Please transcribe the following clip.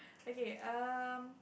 okay um